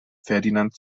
ferdinand